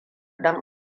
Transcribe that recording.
don